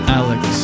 alex